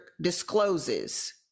discloses